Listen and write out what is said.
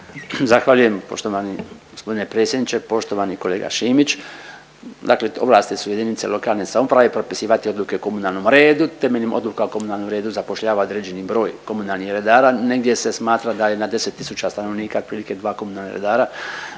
Zahvaljujem poštovani gospodine predsjedniče. Poštovani kolega Šimić, dakle ovlasti su jedinice lokalne samouprave propisivati odluke o komunalnom redu. Temeljem odluka o komunalnom redu zapošljava određeni broj komunalnih redara. Negdje se smatra da je na 10 tisuća stanovnika otprilike 2 komunalna redara